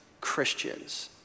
Christians